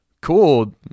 cool